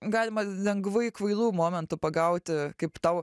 galima lengvai kvailų momentų pagauti kaip tau